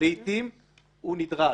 לעיתים הוא נדרש.